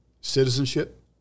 Citizenship